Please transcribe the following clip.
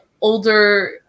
older